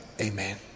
Amen